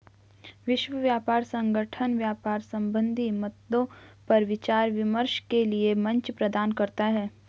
विश्व व्यापार संगठन व्यापार संबंधी मद्दों पर विचार विमर्श के लिये मंच प्रदान करता है